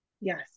Yes